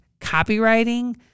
copywriting